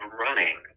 running